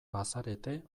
bazarete